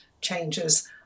changes